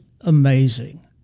amazing